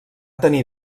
tenir